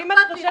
אם את חוששת,